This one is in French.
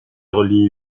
relie